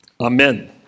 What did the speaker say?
Amen